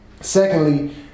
secondly